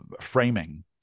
framing